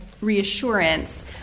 reassurance